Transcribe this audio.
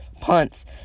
punts